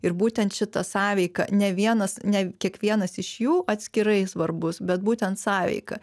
ir būtent šita sąveika ne vienas ne kiekvienas iš jų atskirai svarbus bet būtent sąveika